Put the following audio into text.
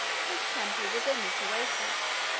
his temple was in this oasis,